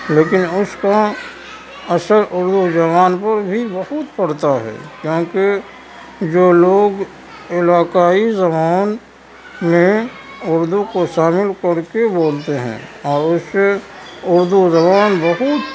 لیکن اس کا اثر اردو زبان پر بھی بہت پڑتا ہے کیونکہ جو لوگ علاقائی زبان میں اردو کو شامل کر کے بولتے ہیں اور اس سے اردو زبان بہت